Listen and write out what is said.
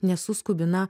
nesuskubi na